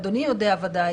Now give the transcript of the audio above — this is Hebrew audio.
ואדוני יודע ודאי